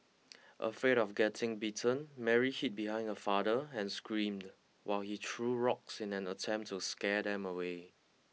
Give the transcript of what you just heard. afraid of getting bitten Mary hid behind her father and screamed while he threw rocks in an attempt to scare them away